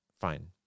Fine